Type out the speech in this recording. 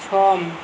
सम